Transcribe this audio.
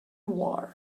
ward